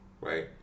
right